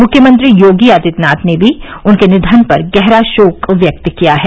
मुख्यमंत्री योगी आदित्यनाथ ने भी उनके निधन पर गहरा शोक व्यक्त किया है